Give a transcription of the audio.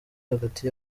hagati